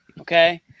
okay